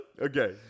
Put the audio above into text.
okay